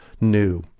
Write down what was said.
new